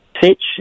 Pitch